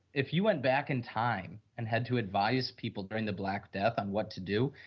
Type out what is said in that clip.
if you went back in time and had to advice people during the black death on what to do,